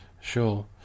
Sure